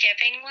giving